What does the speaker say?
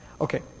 Okay